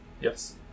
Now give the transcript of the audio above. Yes